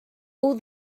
all